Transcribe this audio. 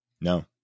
No